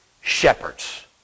shepherds